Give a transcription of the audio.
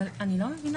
אני לא מבינה,